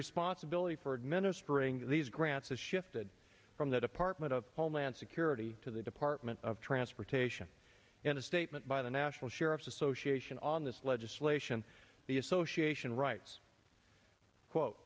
responsibility for administering these grants is shifted from the department of homeland security to the department of transportation in a statement by the national sheriffs association on this legislation the association writes quote